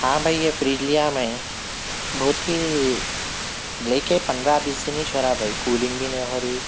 ہاں بھئی یہ فریج لیا میں بہت ہی لے کے پندرہ بیس دن ایچ ہو رہا بھائی کولنگ بھی نہیں ہو رہی